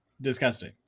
disgusting